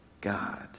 God